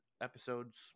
episodes